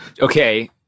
Okay